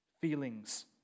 feelings